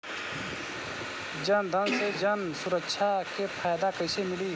जनधन से जन सुरक्षा के फायदा कैसे मिली?